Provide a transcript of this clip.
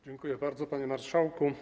Dziękuję bardzo, panie marszałku.